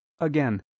Again